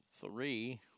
three